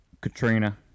Katrina